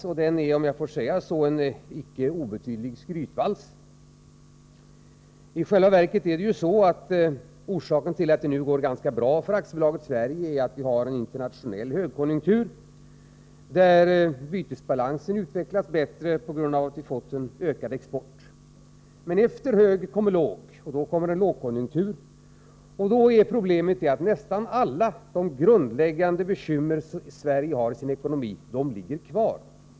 Den är, om jag får säga så, en icke obetydlig skrytvals. I själva verket är ju orsaken till att det nu går ganska bra för AB Sverige att vi har en internationell högkonjunktur, där vår bytesbalans utvecklas bättre på grund av att vi fått en ökad export. Men efter hög kommer låg, och när det kommer en lågkonjunktur är problemet att nästan alla de grundläggande bekymmer som Sverige har i sin ekonomi'ligger kvar.